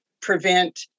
prevent